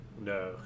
No